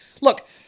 look